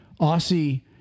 Aussie